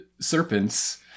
serpents